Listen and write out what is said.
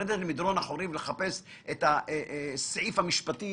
לרדת במדרון אחורי ולחפש את הסעיף המשפטי